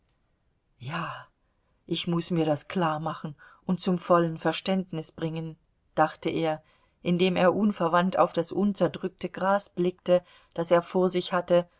ja ich muß mir das klarmachen und zum vollen verständnis bringen dachte er indem er unverwandt auf das unzerdrückte gras blickte das er vor sich hatte